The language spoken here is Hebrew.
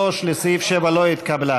3, לסעיף 7, לא התקבלה.